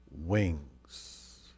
wings